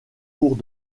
cours